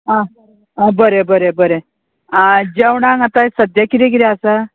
आं आं बरें बरें बरें आ जेवणाक आतां सद्द्या किदें किदें आसा